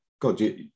God